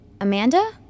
Amanda